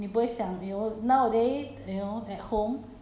uh I never think of going to do my hair anymore